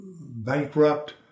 bankrupt